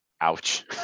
ouch